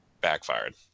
backfired